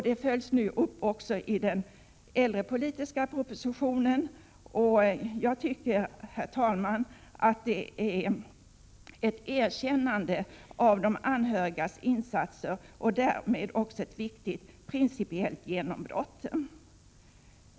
Det följs upp i den äldrepolitiska propositionen. Detta är, herr talman, ett erkännande av de anhörigas insatser och därmed också ett viktigt principiellt genombrott.